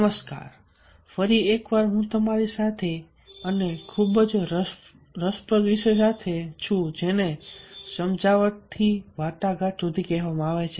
નમસ્કાર તેથી ફરી એકવાર હું તમારી સાથે અને ખૂબ જ રસપ્રદ વિષય સાથે છું જેને સમજાવટ થી વાટાઘાટ સુધી કહેવામાં આવે છે